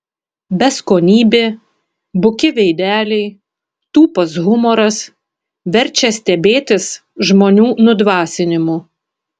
beskonybė buki veideliai tūpas humoras verčia stebėtis žmonių nudvasinimu